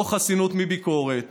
לא חסינות מביקורת